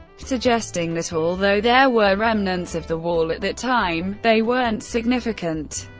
suggesting that although there were remnants of the wall at that time, they weren't significant.